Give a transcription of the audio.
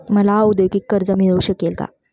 मला औद्योगिक कर्ज मिळू शकेल का?